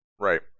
Right